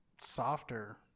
softer